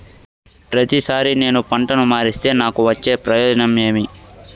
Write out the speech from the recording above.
ప్రతిసారి నేను పంటను మారిస్తే నాకు వచ్చే ప్రయోజనం ఏమి?